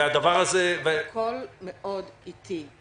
הכול מאוד איטי.